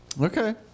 okay